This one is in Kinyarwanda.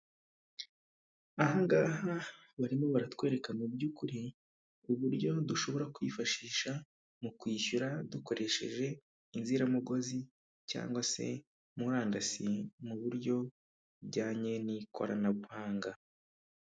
Aha ngaha barimo baratwereka mu byukuri uburyo dushobora kwifashisha mu kwishyura dukoresheje inziramugozi cyangwa se murandasi mu buryo bujyanye n'ikoranabuhanga.